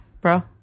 bro